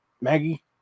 Maggie